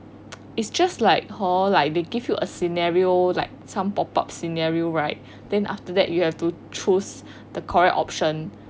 it's just like like they give you a scenario like some pop up scenario right then after that you have to choose the correct option